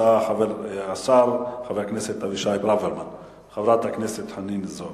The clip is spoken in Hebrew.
הצעה לסדר-היום של חברת הכנסת חנין זועבי,